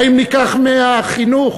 האם ניקח מהחינוך?